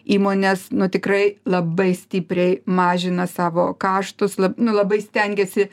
įmonės nu tikrai labai stipriai mažina savo kaštus lab nu labai stengiasi